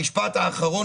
משפט אחרון